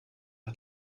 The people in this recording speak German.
hat